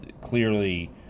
clearly